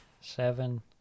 seven